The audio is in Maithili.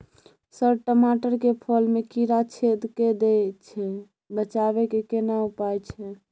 सर टमाटर के फल में कीरा छेद के दैय छैय बचाबै के केना उपाय छैय?